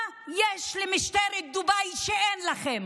מה יש למשטרת דובאי שאין לכם?